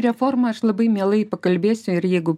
reforma aš labai mielai pakalbėsiu ir jeigu